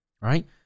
Right